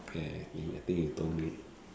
ya i think you told me